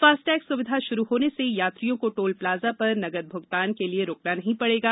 FASTag सुविधा शुरू होने से यात्रियों को टोल प्लाजा पर नकद भुगतान के लिए रूकना नहीं पड़ेगा